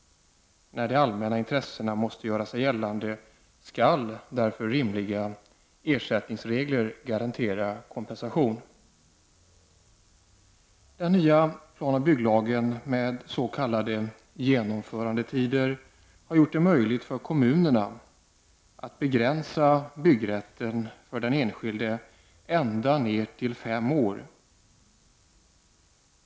När de allmänna intressena måste göra sig gällande skall därför rimliga ersättningsregler garantera kompensation. Den nya planoch bygglagen med s.k. genomförandetider har gjort det möjligt för kommunerna att begränsa byggrätten för den enskilde ända ned till fem år.